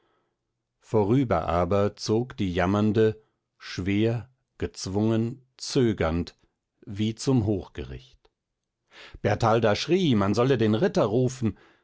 vorüber aber zog die jammernde schwer gezwungen zögernd wie zum hoch gericht bertalda schrie man solle den ritter rufen